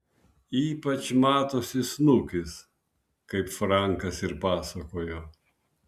ypač matosi snukis kaip frankas ir pasakojo